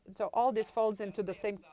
and so all this falls into the same